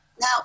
now